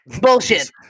Bullshit